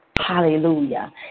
hallelujah